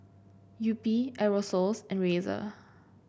Yupi Aerosoles and Razer